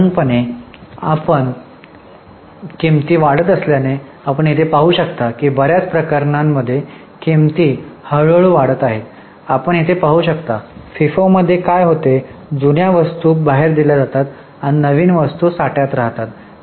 साधारणपणे किंमती वाढत असल्याने आपण येथे पाहू शकता की बर्याच प्रकरणांमध्ये किंमती हळूहळू वाढत आहेत आपण येथे पाहू शकता फिफोमध्ये काय होते जुन्या वस्तू बाहेर दिल्या जातात आणि नवीन वस्तू साठ्यात राहतात